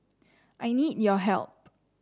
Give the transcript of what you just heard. I need your help